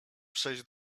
przejść